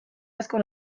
asko